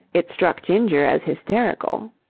it struck ginger as hysterical.